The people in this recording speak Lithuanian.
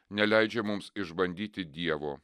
neleidžia mums išbandyti dievo